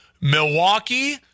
Milwaukee